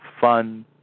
fun